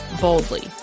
boldly